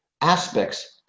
aspects